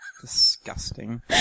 Disgusting